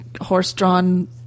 horse-drawn